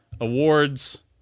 awards